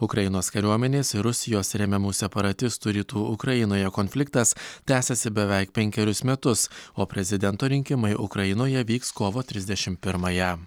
ukrainos kariuomenės ir rusijos remiamų separatistų rytų ukrainoje konfliktas tęsiasi beveik penkerius metus o prezidento rinkimai ukrainoje vyks kovo trisdešimt pirmąją